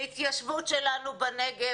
להתיישבות שלנו בנגב,